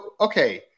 okay